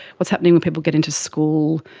what's happening when people get into school,